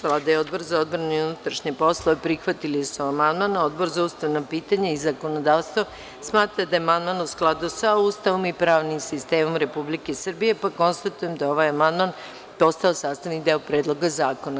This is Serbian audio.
Vlada i Odbor za odbranu i unutrašnje poslove, prihvatili su amandman, a Odbor za ustavna pitanja i zakonodavstvo smatra da je amandman u skladu sa Ustavom i pravnim sistemom Republike Srbije, pa konstatujem da je ovaj amandman postao sastavni deo Predloga zakona.